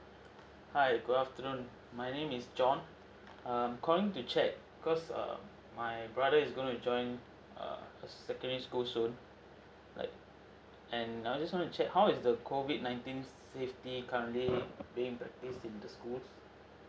hi good afternoon my name is john err I'm calling to check cause err my brother is gonna join err secondary school soon like and I just want to check how is the COVID nineteen safety currently being practice in the school